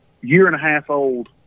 year-and-a-half-old